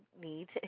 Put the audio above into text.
need